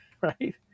right